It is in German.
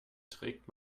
trägt